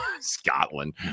Scotland